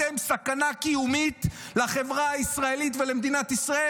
אתם סכנה קיומית לחברה הישראלית ולמדינת ישראל,